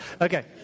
Okay